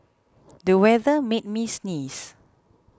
the weather made me sneeze